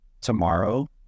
tomorrow